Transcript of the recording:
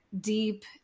Deep